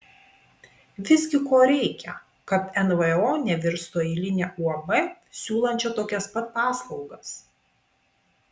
visgi ko reikia kad nvo nevirstų eiline uab siūlančia tokias pat paslaugas